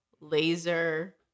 laser